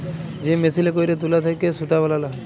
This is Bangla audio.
যে মেসিলে ক্যইরে তুলা থ্যাইকে সুতা বালাল হ্যয়